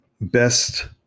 best